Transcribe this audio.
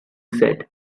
said